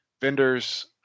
vendors